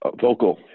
Vocal